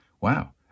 Wow